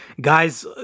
guys